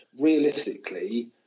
realistically